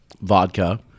vodka